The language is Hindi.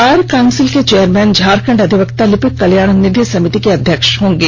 बार काउंसिंल के चेयरमैन झारखंड अधिवक्ता लिपिक कल्याण निधि समिति के अध्यक्ष होंगे